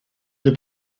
the